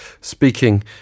speaking